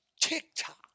TikTok